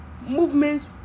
movements